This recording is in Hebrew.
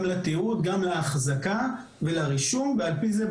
גם על התיעוד, גם לאחזקה ולרישום, ועל פיהם